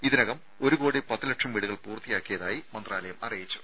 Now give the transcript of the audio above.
ഇതിനകം ഒരു കോടി പത്തു ലക്ഷം വീടുകൾ പൂർത്തിയാക്കിയതായി മന്ത്രാലയം അറിയിച്ചു